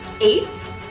Eight